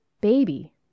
baby